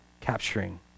capturing